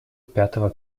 пятого